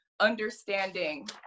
understanding